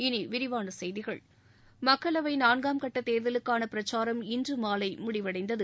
இனி விரிவான செய்திகள் மக்களவை நான்காம் கட்டத் தேர்தலுக்கான பிரச்சாரம் இன்று மாலை முடிவடைந்தது